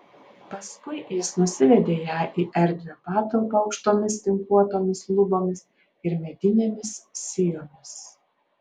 paskui jis nusivedė ją į erdvią patalpą aukštomis tinkuotomis lubomis ir medinėmis sijomis